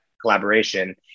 collaboration